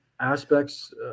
aspects